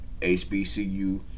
HBCU